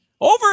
over